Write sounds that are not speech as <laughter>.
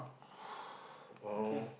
<breath> now